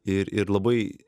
ir ir labai